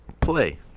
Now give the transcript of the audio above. play